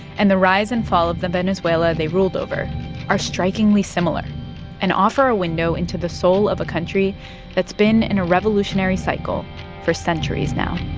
and the rise and fall of the venezuela they ruled over are strikingly similar and offer a window into the soul of a country that's been in a revolutionary cycle for centuries now